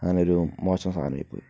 അങ്ങനെ ഒരു മോശം സാധനമായിപ്പോയി